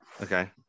Okay